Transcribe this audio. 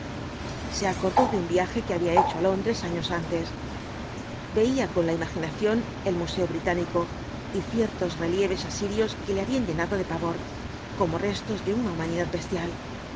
se acordó de un viaje que había hecho á londres años antes veía con la imaginación el museo británico y ciertos relieves asirlos que le habían llenado de pavor como restos de una humanidad bestial los